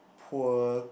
poor